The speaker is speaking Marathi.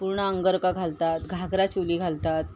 पूर्ण अंगरखा घालतात घागरा चोली घालतात